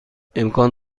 امکان